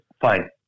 Fine